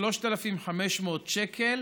ב-3,500 שקל,